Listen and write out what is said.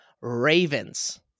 Ravens